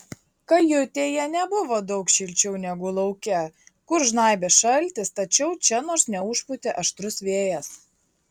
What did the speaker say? kajutėje nebuvo daug šilčiau negu lauke kur žnaibė šaltis tačiau čia nors neužpūtė aštrus vėjas